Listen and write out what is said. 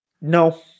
No